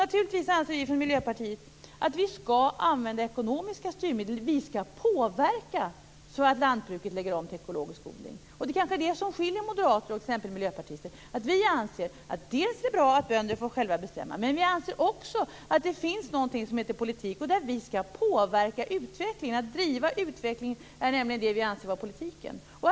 Naturligtvis anser vi i Miljöpartiet att vi skall använda ekonomiska styrmedel. Vi skall påverka så att lantbruket lägger om till ekologisk odling. Det är kanske det som skiljer moderater och miljöpartister. Vi anser att det är bra att bönder själva får bestämma, men vi anser också att det finns någonting som heter politik där vi skall påverka utvecklingen. Vi anser nämligen att politik är att driva utvecklingen framåt.